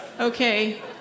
Okay